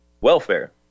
Welfare